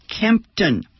Kempton